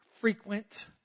frequent